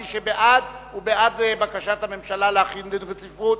מי שבעד, הוא בעד בקשת הממשלה להחיל דין רציפות.